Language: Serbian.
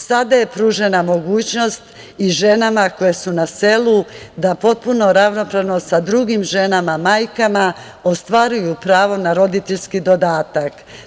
Sada je pružena mogućnost i žena koje su na selu da potpuno ravnopravno sa drugim ženama, majkama ostvaruju pravo na roditeljski dodatak.